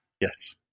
Yes